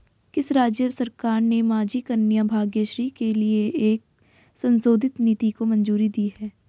किस राज्य सरकार ने माझी कन्या भाग्यश्री के लिए एक संशोधित नीति को मंजूरी दी है?